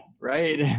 Right